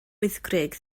wyddgrug